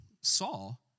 Saul